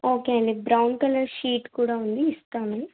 okay అండి brown colour sheet కూడా ఉంది ఇస్తాను